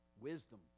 Wisdom